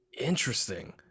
Interesting